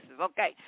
Okay